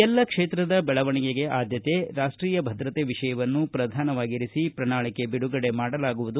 ಎಲ್ಲ ಕ್ಷೇತ್ರದ ಬೆಳವಣಿಗೆಗೆ ಆದ್ಯತೆ ರಾಷ್ಟೀಯ ಭದ್ರತೆ ವಿಷಯವನ್ನು ಪ್ರಧಾನವಾಗಿರಿಸಿ ಪ್ರಣಾಳಿಕೆ ಬಿಡುಗಡೆ ಮಾಡಲಾಗುವುದು